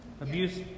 Abuse